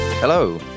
Hello